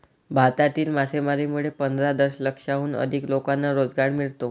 भारतातील मासेमारीमुळे पंधरा दशलक्षाहून अधिक लोकांना रोजगार मिळतो